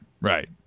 right